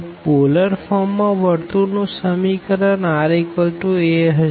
તો polar form માં circle નું સમીકરણ ra હશે